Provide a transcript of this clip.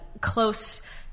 close